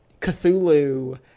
Cthulhu